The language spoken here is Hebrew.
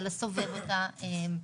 על הסובב אותם.